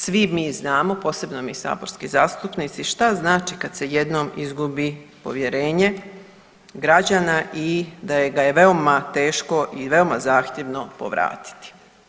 Svi mi znamo, posebno mi saborski zastupnici, šta znači kad se jednom izgubi povjerenje građana i da ga je veoma teško i veoma zahtjevno povratiti.